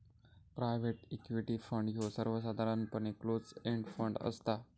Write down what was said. private equity fund ह्यो सर्वसाधारणपणे close end fund असता